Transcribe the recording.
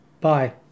Bye